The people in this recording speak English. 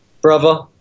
brother